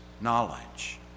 knowledge